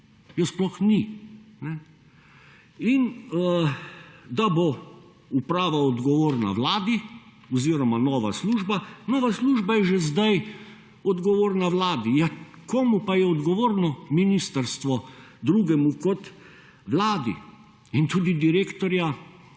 sploh ni. Da bo uprava odgovorna Vladi oziroma nova služba. Nova služba je že sedaj odgovorna Vladi. Ja komu pa je odgovorno ministrstvo drugemu kot Vladi in tudi direktorja